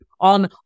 on